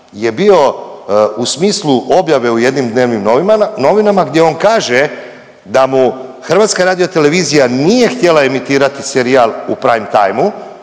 je bio u smislu objave u jednim dnevnim novinama gdje on kaže da mu HRT nije htjela emitirati serijal u prime time